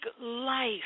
life